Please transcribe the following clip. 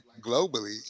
globally